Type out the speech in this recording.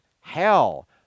Hell